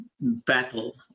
battle